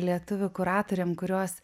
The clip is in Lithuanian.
lietuvių kuratorėm kurios